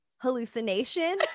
hallucination